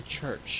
church